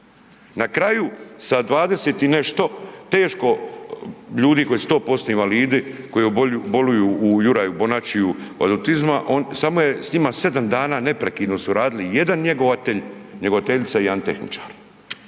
Na kraju sa 20 i nešto teško ljudi koji su to …/nerazumljivo/… invalidi, koji boluju u Juraju Bonačiju od autizma samo je s njima 7 dana neprekidno su radili 1 njegovatelj, njegovateljica i 1 tehničar.